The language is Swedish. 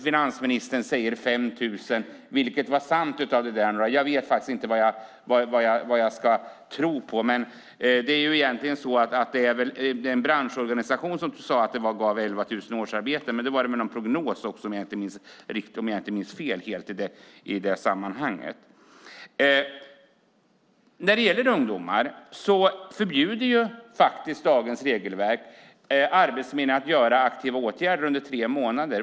Finansministern säger 5 000. Vilket var sant? Jag vet inte vad jag ska tro, men det var väl en branschorganisation som sade att det gav 11 000 årsarbeten. Då var även en prognos med, om jag inte helt minns fel i det sammanhanget. När det gäller ungdomar förbjuder dagens regelverk Arbetsförmedlingen att göra aktiva åtgärder under tre månader.